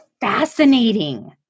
fascinating